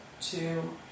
two